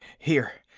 here.